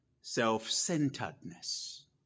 self-centeredness